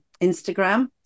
Instagram